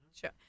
sure